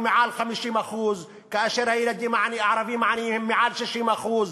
מעל 50%; כאשר הילדים הערבים העניים הם מעל 60%;